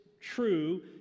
true